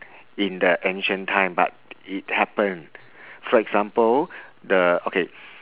in the ancient time but it happened for example the okay